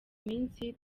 minsi